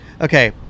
Okay